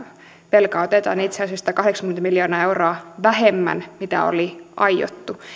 velkaa otetaan itse asiassa satakahdeksankymmentä miljoonaa euroa vähemmän kuinoli aiottu